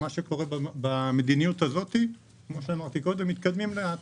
במדיניות הזאת מתקדמים לאט.